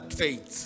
faith